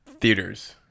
Theaters